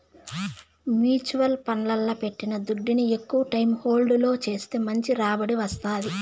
mutual ఫండ్లల్ల పెట్టిన దుడ్డుని ఎక్కవ టైం హోల్డ్ చేస్తే మంచి రాబడి వస్తాది